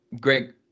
Greg